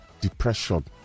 depression